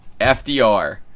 FDR